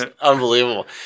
unbelievable